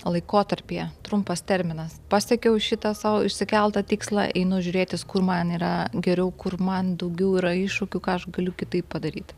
laikotarpyje trumpas terminas pasiekiau šitą sau išsikeltą tikslą einu žiūrėtis kur man yra geriau kur man daugiau yra iššūkių ką aš galiu kitaip padaryti